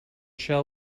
shall